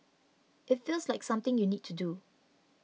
it feels like something you need to do